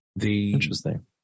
Interesting